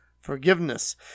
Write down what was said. forgiveness